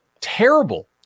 terrible